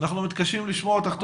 --- אנחנו מתקשים לשמוע אותך טוב.